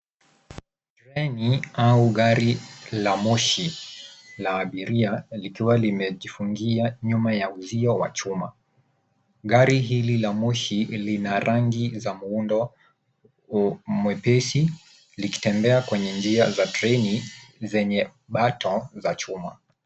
Treni au gari la moshi la abiria likiwa limejifungia nyuma ya uzio wa chuma. Gari hili la moshi lina rangi za muundo mwepesi likitembea kwenye njia za treni zenye bato za chuma.